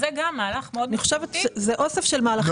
זה אוסף של מהלכים שעוזרים לילדים עם מוגבלות.